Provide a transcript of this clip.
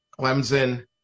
Clemson